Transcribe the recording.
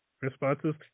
responses